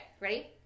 ready